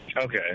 Okay